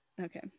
Okay